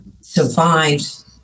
survived